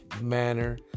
manner